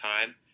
time